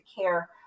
care